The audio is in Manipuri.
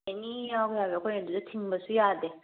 ꯑꯦꯅꯤ ꯌꯥꯎꯕ ꯌꯥꯏ ꯑꯩꯈꯣꯏꯅ ꯑꯗꯨꯗ ꯊꯤꯡꯕꯁꯨ ꯌꯥꯗꯦ